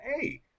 Hey